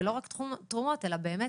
ולא רק את תחום התרומות, אלא באמת